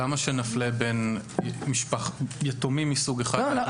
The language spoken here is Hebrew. למה שנפלה בין יתומים מסוג אחד ויתומים מסוג אחר?